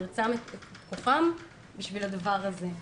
מרצם וכוחם בשביל הדבר הזה.